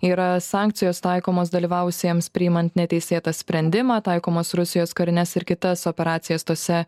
yra sankcijos taikomos dalyvavusiems priimant neteisėtą sprendimą taikomos rusijos karines ir kitas operacijas tose